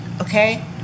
Okay